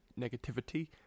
negativity